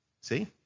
See